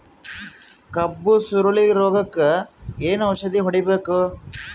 ಕಬ್ಬು ಸುರಳೀರೋಗಕ ಏನು ಔಷಧಿ ಹೋಡಿಬೇಕು?